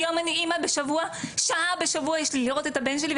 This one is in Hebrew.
היום אני שעה בשבוע יש לי לראות את הבן שלי,